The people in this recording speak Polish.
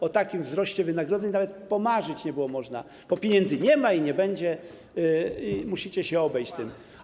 O takim wzroście wynagrodzeń nawet pomarzyć nie było można, bo pieniędzy nie ma i nie będzie, i musicie się obejść tym.